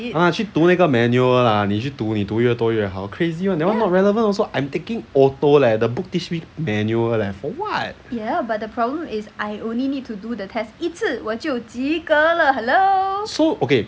ah 去读那个 manual lah 你去读你读越多越好 crazy [one] that one not relevant also I'm taking auto leh the book teach me manual leh for [what] so okay